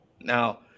Now